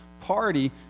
party